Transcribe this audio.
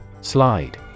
Slide